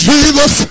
Jesus